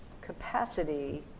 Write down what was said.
capacity